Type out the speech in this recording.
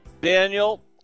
Daniel